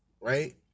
right